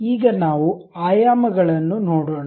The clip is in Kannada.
ಈಗ ನಾವು ಆಯಾಮಗಳನ್ನು ನೋಡೋಣ